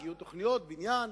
יהיו תוכניות בניין,